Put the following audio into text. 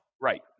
Right